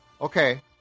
Okay